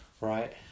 right